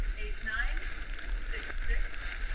eight nine six six